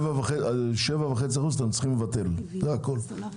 אתם צריכים לבטל את ה-7.5%.